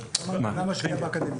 --- כמה המדינה משקיעה באקדמיה?